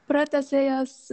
pratęsė jas